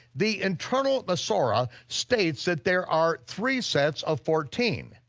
the internal masorah states that there are three sets of fourteen,